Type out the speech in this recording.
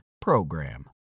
PROGRAM